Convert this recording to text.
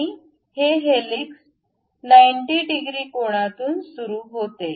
आणि हे helix 90 degree कोनातून सुरू होते